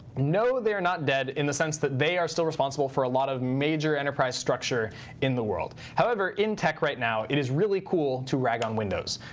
no they are not dead in the sense that they are still responsible for a lot of major enterprise structure in the world. however, in tech right now, it is really cool to rag on windows.